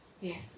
Yes